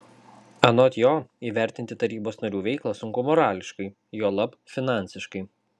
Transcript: anot jo įvertinti tarybos narių veiklą sunku morališkai juolab finansiškai